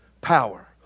Power